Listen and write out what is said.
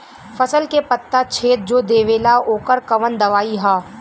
फसल के पत्ता छेद जो देवेला ओकर कवन दवाई ह?